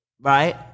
Right